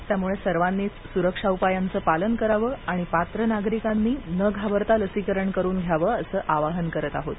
त्यामुळे सर्वांनीच सुरक्षा उपायांचं पालन करावं आणि पात्र नागरिकांनी न घाबरता लसीकरण करून घ्यावं असं आवाहन करत आहोत